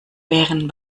wären